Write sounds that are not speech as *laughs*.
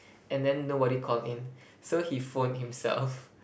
and then nobody called in so he phoned himself *laughs*